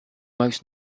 most